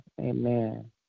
Amen